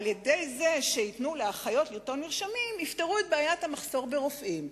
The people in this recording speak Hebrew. על-ידי זה שייתנו לאחיות לרשום מרשמים יפתרו את בעיית המחסור ברופאים.